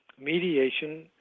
mediation